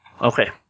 Okay